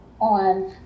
on